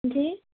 جی